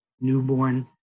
newborn